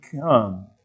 come